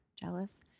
Jealous